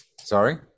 Sorry